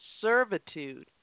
servitude